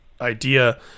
idea